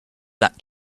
that